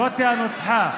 זאת הנוסחה.